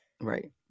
Right